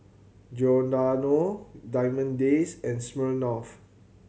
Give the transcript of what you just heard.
Giordano Diamond Days and Smirnoff